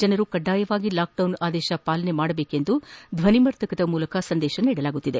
ಜನರು ಕಡ್ವಾಯವಾಗಿ ಲಾಕ್ಡೌನ್ ಆದೇಶ ಪಾಲನೆ ಮಾಡಬೇಕೆಂದು ಧ್ವನಿವರ್ಧಕದ ಮೂಲಕ ಸಂದೇಶ ನೀಡಲಾಗುತ್ತಿದೆ